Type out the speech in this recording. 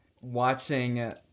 watching